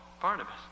Barnabas